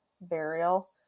burial